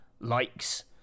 Likes